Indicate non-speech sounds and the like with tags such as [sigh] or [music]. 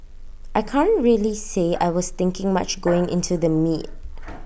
I can't really say I was thinking much [noise] going into the meet [noise]